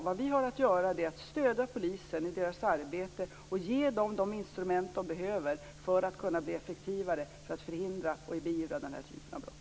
Det vi har att göra är att stödja polisen i deras arbete och ge dem de instrument de behöver för att kunna bli effektivare, för att förhindra och beivra den här typen av brott.